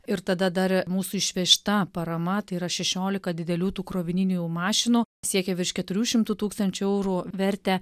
ir tada dar mūsų išvežta parama tai yra šešiolika didelių tų krovininių jau mašinų siekia virš keturių šimtų tūkstančių eurų vertę